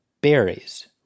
Berries